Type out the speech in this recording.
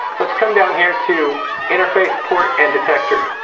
let's come down here to interface port and detector.